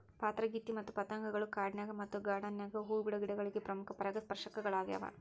ಪಾತರಗಿತ್ತಿ ಮತ್ತ ಪತಂಗಗಳು ಕಾಡಿನ್ಯಾಗ ಮತ್ತ ಗಾರ್ಡಾನ್ ನ್ಯಾಗ ಹೂ ಬಿಡೋ ಗಿಡಗಳಿಗೆ ಪ್ರಮುಖ ಪರಾಗಸ್ಪರ್ಶಕಗಳ್ಯಾವ